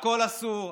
הכול אסור,